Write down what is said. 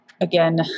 again